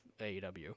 AEW